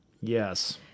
Yes